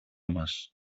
μας